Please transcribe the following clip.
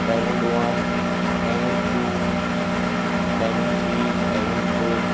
diamond one diamond two diamond three diamond four